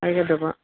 ꯍꯥꯏꯒꯗꯕ